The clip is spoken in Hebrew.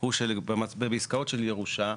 הוא שבעסקאות של ירושה,